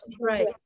right